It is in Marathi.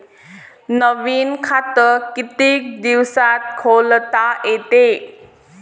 नवीन खात कितीक दिसात खोलता येते?